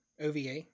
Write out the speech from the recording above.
OVA